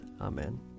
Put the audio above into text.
Amen